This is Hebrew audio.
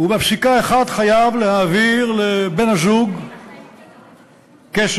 ובפסיקה אחד חייב להעביר לבן-הזוג כסף,